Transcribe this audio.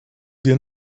wir